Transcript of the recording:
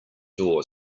door